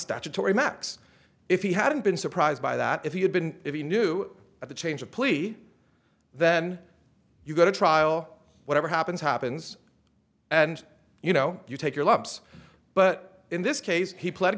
statutory max if he hadn't been surprised by that if he had been if he knew at the change of plea then you go to trial whatever happens happens and you know you take your lumps but in this case he pled